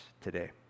today